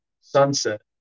sunset